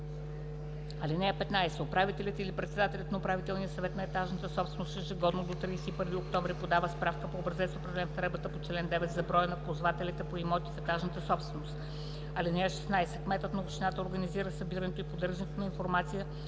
чл. 9. (15) Управителят или председателят на управителния съвет на етажната собственост ежегодно до 31 октомври подава справка по образец, определен в наредбата по чл. 9 за броя на ползвателите по имоти в етажната собственост. (16) Кметът на общината организира събирането и поддържането на информация